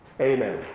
Amen